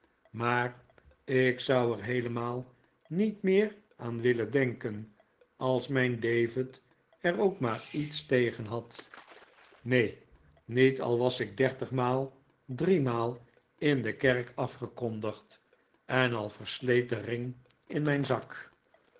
maar ik zou er heelemaal niet meer aan willen denken als mijn david er ook maar iets tegen had neen niet al was ik dertigmaal driemaal in de kerk afgekondigd en al versleet de ring in mijn zak